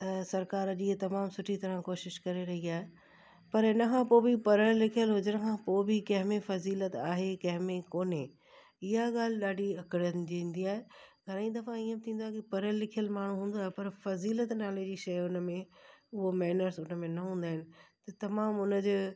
त सरकारु अॼु इहे तमामु सुठी तरह कोशिशि करे रही आहे पर उन खां पोइ बि पढ़ियलु लिखियलु हुजण खां पोइ बि कंहिंमें फ़ज़ीलत आहे कंहिंमें कोन्हे इहा ॻाल्हि ॾाढी अकिरनजंदी आहे घणेई दफ़ा इहे बि थींदो आहे की पढ़ियलु लिखियलु माण्हू हूंदो आहे पर फ़ज़ीलत नाले जी शइ उन में उहो मैनर्स उन में न हूंदा आहिनि त तमामु उन जे